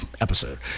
episode